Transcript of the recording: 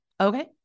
Okay